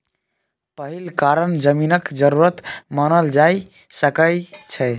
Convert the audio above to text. पहिल कारण जमीनक जरूरत मानल जा सकइ छै